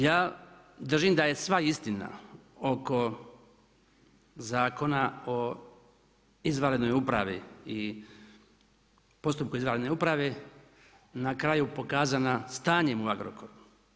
Ja držim da je sva istina oko Zakona o izvanrednoj upravi i postupku izvanredne uprave na kraju pokazana stanjem u Agrokoru.